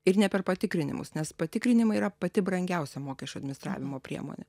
ir ne per patikrinimus nes patikrinimai yra pati brangiausia mokesčių administravimo priemonė